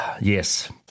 Yes